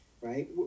Right